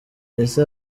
ese